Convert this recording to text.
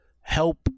help